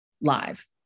live